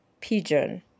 pigeon